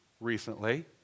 recently